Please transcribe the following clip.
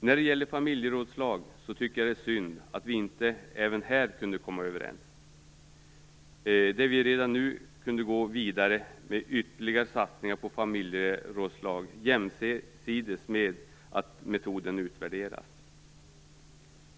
När det gäller familjerådslag tycker jag att det är synd att vi inte även här kunde komma överens, så att vi redan nu kunde gå vidare med ytterligare satsningar på familjerådslag jämsides med att metoden utvärderas.